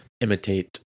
imitate